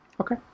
Okay